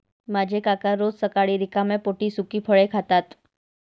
माझे काका रोज सकाळी रिकाम्या पोटी सुकी फळे खातात